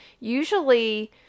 usually